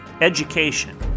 education